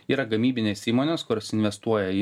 yra gamybinės įmonės kurios investuoja į